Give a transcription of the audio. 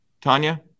Tanya